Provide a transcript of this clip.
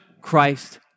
Christ